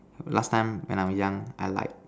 last time when I was young I lied